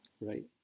right